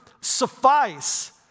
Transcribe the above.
suffice